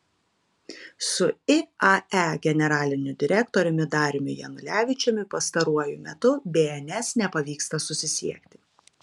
su iae generaliniu direktoriumi dariumi janulevičiumi pastaruoju metu bns nepavyksta susisiekti